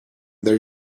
there